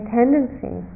tendency